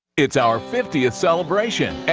it's our fiftieth celebration,